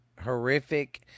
horrific